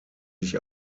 sich